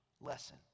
lesson